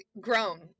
grown